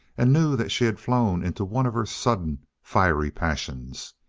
and knew that she had flown into one of her sudden, fiery passions.